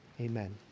Amen